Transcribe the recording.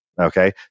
Okay